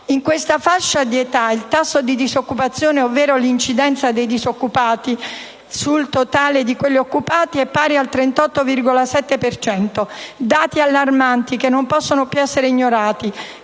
In questa fascia d'età il tasso di disoccupazione, ovvero l'incidenza dei disoccupati sul totale di quelli occupati o in cerca, è pari al 38,7 per cento. Dati allarmanti che non possono più essere ignorati,